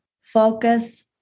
focus